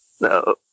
No